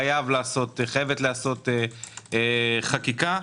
חייבת להיעשות חקיקה.